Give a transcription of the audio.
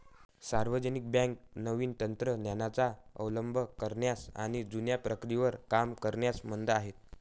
सार्वजनिक बँका नवीन तंत्र ज्ञानाचा अवलंब करण्यास आणि जुन्या प्रक्रियेवर काम करण्यास मंद आहेत